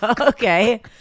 Okay